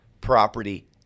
Property